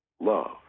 love